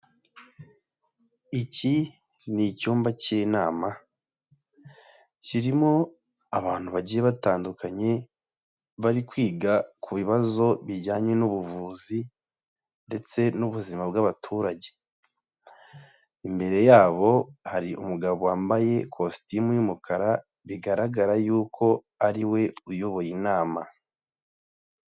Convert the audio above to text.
Iki ni icyumba cy'inama, kirimo abantu bagiye batandukanye bari kwiga ku bibazo bijyanye n'ubuvuzi ndetse n'ubuzima bw'abaturage. Imbere yabo hari umugabo wambaye ikositimu y'umukara, bigaragara y'uko ariwe uyoboye inama.